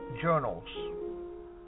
journals